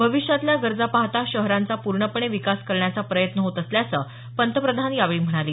भविष्यातल्या गरजा पाहता शहरांचा पूर्णपणे विकास करण्याचा प्रयत्न होत असल्याचं पंतप्रधान यावेळी म्हणाले